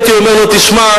הייתי אומר לו: תשמע,